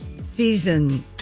season